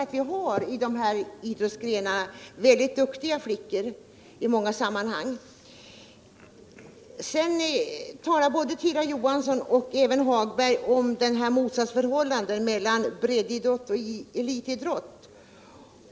I vissa av de idrottsgrenar som ingår i vinterolympiaden har vi nämligen duktiga flickor. Både Tyra Johansson och Lars-Ove Hagberg har talat om motsatsförhållandet mellan bredd och elitidrou.